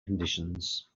conditions